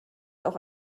auch